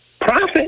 Profit